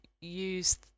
use